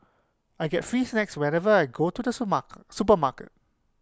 I get free snacks whenever I go to the super mark supermarket